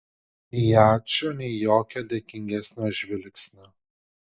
nei ačiū nei jokio dėkingesnio žvilgsnio